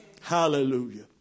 Hallelujah